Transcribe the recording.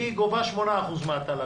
והיא גובה 8% מהתל"ג.